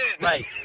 right